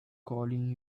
calling